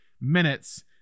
minutes